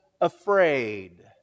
afraid